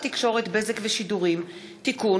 הצעת חוק התקשורת (בזק ושידורים) (תיקון,